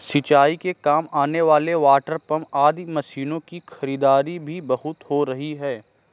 सिंचाई के काम आने वाले वाटरपम्प आदि मशीनों की खरीदारी भी बहुत हो रही है